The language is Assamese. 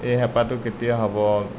এই হেঁপাহটো কেতিয়া হ'ব